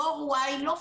דורY לא פראיירים.